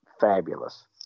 fabulous